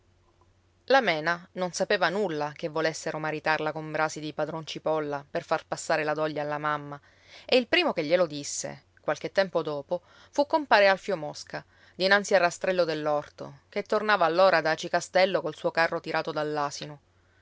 la mena non sapeva nulla che volessero maritarla con brasi di padron cipolla per far passare la doglia alla mamma e il primo che glielo disse qualche tempo dopo fu compare alfio mosca dinanzi al rastrello dell'orto che tornava allora da aci castello col suo carro tirato